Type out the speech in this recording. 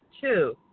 Two